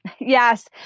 Yes